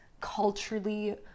culturally